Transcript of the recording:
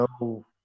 no